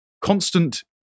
constant